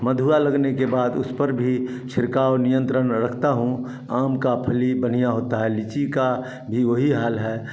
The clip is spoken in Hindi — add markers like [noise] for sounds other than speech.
मधुआ लगने के बाद उसपर भी छिड़काव नियंत्रण रखता हूँ आम का फली [unintelligible] होता है लिची का भी वही हाल है